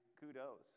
kudos